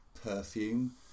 perfume